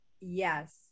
Yes